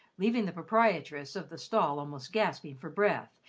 leaving the proprietress of the stall almost gasping for breath,